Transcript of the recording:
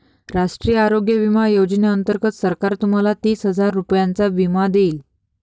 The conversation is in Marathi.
राष्ट्रीय आरोग्य विमा योजनेअंतर्गत सरकार तुम्हाला तीस हजार रुपयांचा विमा देईल